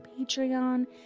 Patreon